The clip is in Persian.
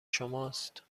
شماست